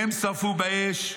מהם שרפו באש,